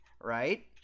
right